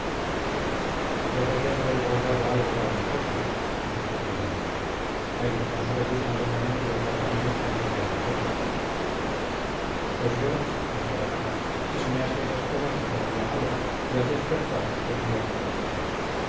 ya podías haber guardado algo para nosotros indicó prudencia a ildefonso le gustan locamente los barbarines fritos en papel pues yo dijo arana si soñase esas cosas me pondría malo y al despertar tendría que purgarme